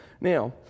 now